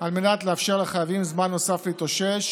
על מנת לאפשר לחייבים זמן נוסף להתאושש